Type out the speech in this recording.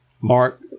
mark